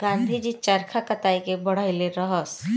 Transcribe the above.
गाँधी जी चरखा कताई के बढ़इले रहस